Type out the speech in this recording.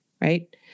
right